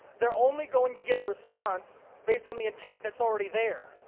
they're only going to get a response based on the intent that's already there.